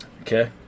Okay